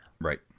Right